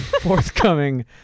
forthcoming